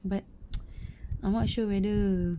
but I'm not sure whether